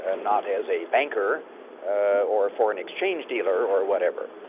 ah not as a banker or a foreign exchange dealer or whatever.